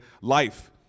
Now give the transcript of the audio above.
life